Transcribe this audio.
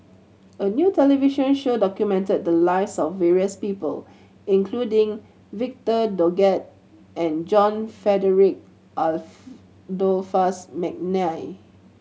a new television show documented the lives of various people including Victor Doggett and John Frederick Adolphus McNair